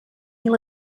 mil